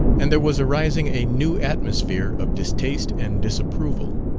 and there was arising a new atmosphere of distaste and disapproval.